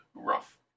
Rough